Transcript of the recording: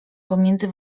pomiędzy